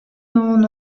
yoğun